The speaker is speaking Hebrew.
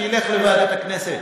שילך לוועדת הכנסת.